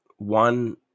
One